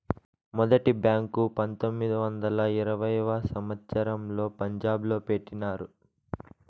మొదటి బ్యాంకు పంతొమ్మిది వందల ఇరవైయవ సంవచ్చరంలో పంజాబ్ లో పెట్టినారు